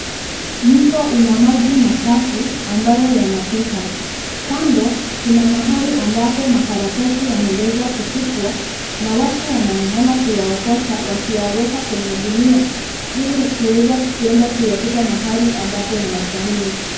Mto una maji machafu ambayo yanapita. Kando kuna mahali ambapo makaratasi yameweza kutupwa na watu wanang'ang'ana kuyaokota, wakiyaweka kwenye gunia ili kuweza kuenda kuyatupa mahali ambapo yanastahili.